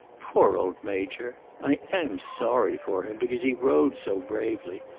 poor old major! i am sorry for him, because he rode so bravely.